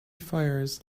fires